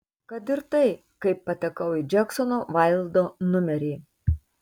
kad ir tai kaip patekau į džeksono vaildo numerį